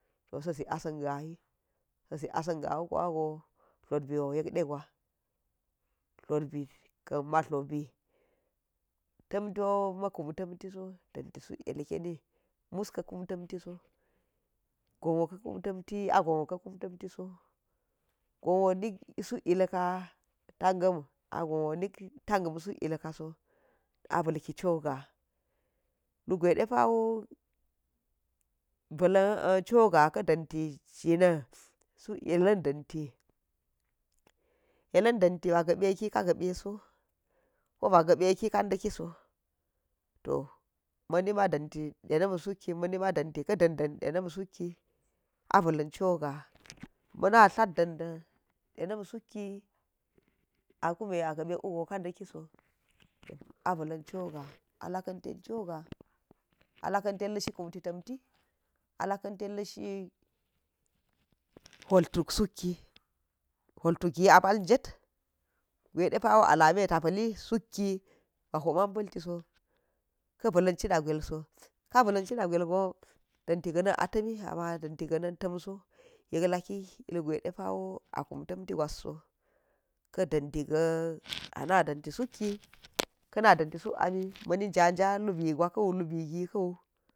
Toh sa̱ zik asa̱n ga̱ yi sa̱ zik asa̱ gawi kuwago tlobi wo yek de gwa, tlobi kan ma tlobi, tam tiwo ma kaan ma tlobu, tam tiwo ma kam tamtiso suk yekeni mus ka kumtamtiso gonwo ka̱ kum tamti agonwo ka kumfi so gonwo nik suk yilka tagam a gonwo nak suk yilka taga̱m so, a balk cho ga̱a̱ lugwe depawo bva̱lan choga ka dan ti jinan suk yellan danti yellan danfi woo a gabeki ka̱ gabe so ko ba ga̱be ki ka ndaki so to ma̱na̱ damti denam suk ki to ma̱ ni ma danti ka̱ dan dan ɗemam suki abalan choga, mana tla dandan denam suki a kume a gaɓek wuyo ka dakiso to aɓalan cho ga alakan tan choga allakan tan lashi kum ti tamti a lakan ten lash hwultuk suki hwul tuk gi a pal jet gwedepawo a lami ta pali suk ba lo man paltiso ka balan cina gwwel so, ka balan china gwel go dan ti ga nan a tami ama lake ilgwe de awo i kum tam ti gwaso ka danti ga ana danti suki ka na danti suk ami mani nja nja lubi gwakawu lubi gi kuwu.